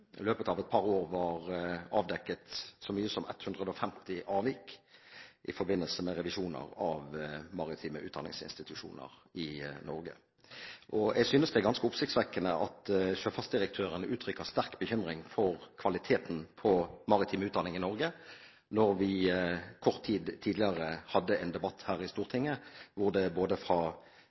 løpet av et par år var avdekket så mye som 150 avvik i forbindelse med revisjoner av maritime utdanningsinstitusjoner i Norge. Jeg synes det er ganske oppsiktsvekkende at sjøfartsdirektøren uttrykker sterk bekymring for kvaliteten på maritim utdanning i Norge når vi kort tid tidligere hadde en debatt her i Stortinget hvor det både fra